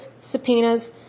subpoenas